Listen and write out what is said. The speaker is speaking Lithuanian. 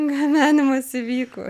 gabenimas įvyko